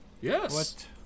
Yes